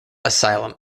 asylum